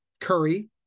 Curry